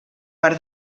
per